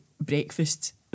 breakfast